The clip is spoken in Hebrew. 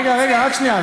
רגע, רגע, רק שנייה.